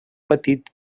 petit